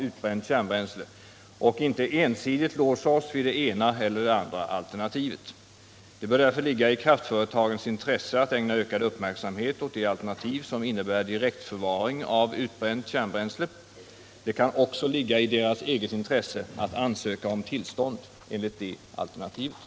Hur överensstämmer detta i så fall med det faktum att villkorslagen — enligt regeringens eget förslag och det beslut som fattats i riksdagen av den borgerliga riksdagsmajoriteten — överlämnar åt kraftbolagen själva att i ansökan föra fram ettdera av de två avfallshanteringsalternativen upparbetning resp. direkt slutförvaring?